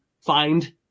find